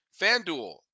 FanDuel